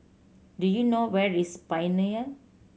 do you know where is Pioneer